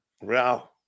Wow